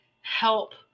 help